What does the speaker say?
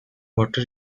water